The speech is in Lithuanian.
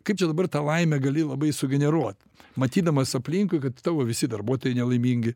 kaip čia dabar tą laimę gali labai sugeneruot matydamas aplinkui kad tavo visi darbuotojai nelaimingi